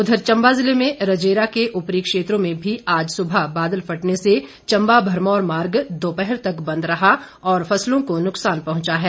उधर चंबा जिले में रजेरा के उपरी क्षेत्रों में भी आज सुबह बादल फटने से चंबा भरमौर मार्ग दोपहर तक बंद रहा और फसलों को नुकसान पहुंचा है